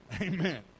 Amen